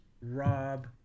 rob